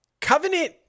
Covenant